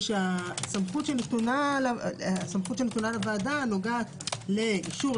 ושהסמכות הנתונה לוועדה נוגעת לאישור,